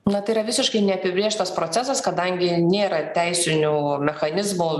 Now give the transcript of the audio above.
na tai yra visiškai neapibrėžtas procesas kadangi nėra teisinių mechanizmų